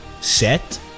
set